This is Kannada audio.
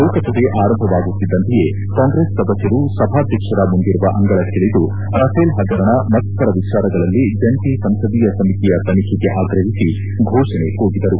ಲೋಕಸಭೆ ಆರಂಭವಾಗುತ್ತಿದ್ದಂತೆಯೇ ಕಾಂಗ್ರೆಸ್ ಸದಸ್ವರು ಸಭಾಧ್ಯಕ್ಷರ ಮುಂದಿರುವ ಅಂಗಳಕ್ಕಿಳಿದು ರಫೇಲ್ ಹಗರಣ ಮತ್ತಿತ್ತರ ವಿಚಾರಗಳಲ್ಲಿ ಜಂಟಿ ಸಂಸದೀಯ ಸಮಿತಿಯ ತನಿಖೆಗೆ ಆಗ್ರಹಿಸಿ ಫೋಷಣೆ ಕೂಗಿದರು